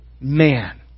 man